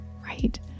right